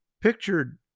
Pictured